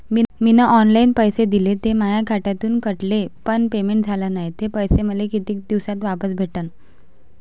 मीन online पैसे दिले, ते माया खात्यातून कटले, पण पेमेंट झाल नायं, ते पैसे मले कितीक दिवसात वापस भेटन?